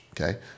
okay